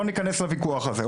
לא ניכנס לויכוח הזה.